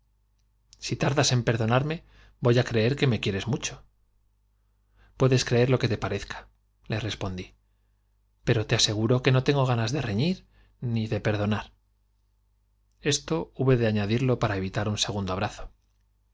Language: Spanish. si tardas en perdonarme yoy á creer que me quieres mucho puedes creer lo que te parezca le respondí pero te aseguro que no tengo ganas de reñir ni de perdonar esto hube de añadirlo para evitar un segundo abrazo